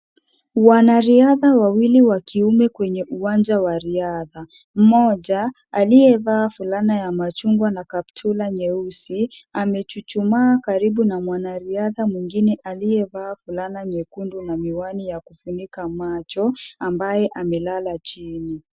Wanariadha wawili wa kiume kwenye uwanja wa riadha. Mmoja aliyevaa fulana ya machungwa na kaptura nyeusi amechuchumaa karibu na mwanariadha mwingine aliyevaa fulana nyekundu na miwani ya kufunika macho, ambaye amelala chini.